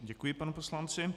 Děkuji panu poslanci.